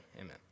Amen